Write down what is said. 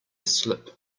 slip